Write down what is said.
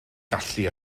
gallu